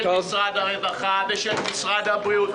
של משרד הרווחה ושל משרד הבריאות,